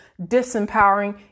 disempowering